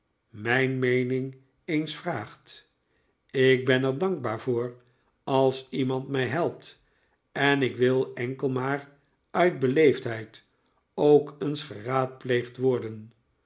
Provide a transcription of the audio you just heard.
mijn meening eens vraagt ik ben er dankbaar voor als iemand mij helpt en ik wil enkel maar uit beleefdheid ook eens geraadpleegd worden